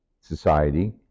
society